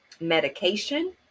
Medication